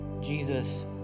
Jesus